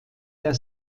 der